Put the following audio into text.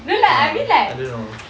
no lah I mean like